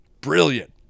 Brilliant